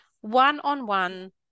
one-on-one